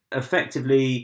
effectively